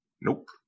nope